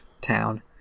town